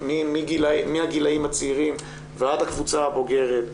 מהגילאים הצעירים ועד הקבוצה הבוגרת,